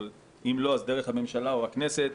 ואם לא אז דרך הממשלה או הכנסת.